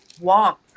walk